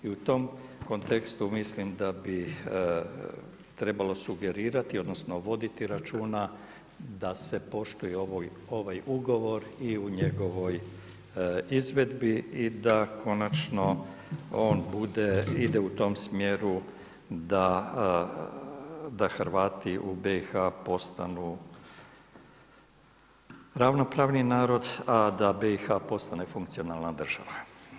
I u tom kontekstu mislim da bi trebalo sugerirati, odnosno voditi računa da se poštuje ovaj ugovor i u njegovoj izvedbi i da konačno on bude, ide u tom smjeru da Hrvati u BiH postanu ravnopravni narod, a da BiH postane funkcionalna država.